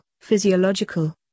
physiological